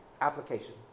application